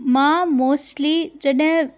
मां मोस्टली जॾहिं